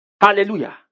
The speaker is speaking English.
Hallelujah